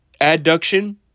Adduction